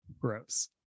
gross